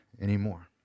anymore